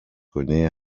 connait